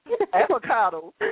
avocados